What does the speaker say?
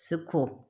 सिखो